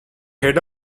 head